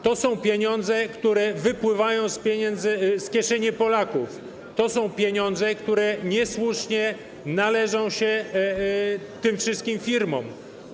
To są pieniądze, które wypływają z kieszeni Polaków, to są pieniądze, które niesłusznie należą się tym wszystkim firmom.